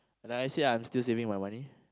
like I said I'm still saving my money